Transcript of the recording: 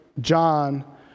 John